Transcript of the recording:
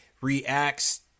reacts